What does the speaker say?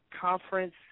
conference